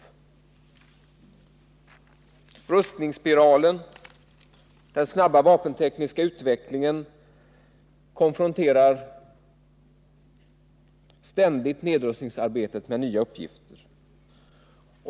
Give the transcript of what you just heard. Rustningsspiralen och den snabba vapentekniska utvecklingen konfronterar ständigt nedrustningsarbetet med nya uppgifter.